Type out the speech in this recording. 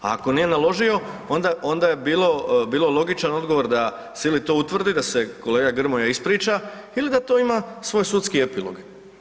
A ako nije naložio onda je bilo, bilo logičan odgovor da se ili to utvrdi, da se kolega Grmoja ispriča ili da to ima svoj sudski epilog.